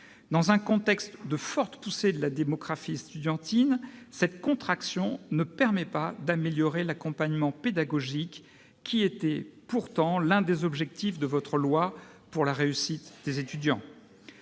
Dans un contexte de forte poussée de la démographie estudiantine, cette contraction ne permet pas d'améliorer l'accompagnement pédagogique, qui était pourtant l'un des objectifs de votre loi pour la réussite des étudiants.